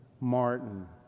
Martin